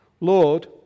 Lord